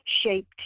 shaped